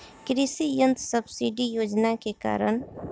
कृषि यंत्र सब्सिडी योजना के कारण?